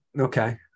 okay